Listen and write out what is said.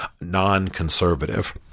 non-conservative